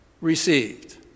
received